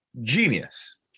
genius